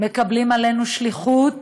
מקבלים שליחות